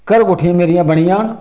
घर कोठियां मेरी बनी जान